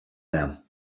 them